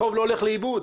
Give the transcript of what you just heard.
החוב לא הולך לאיבוד.